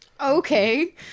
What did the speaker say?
Okay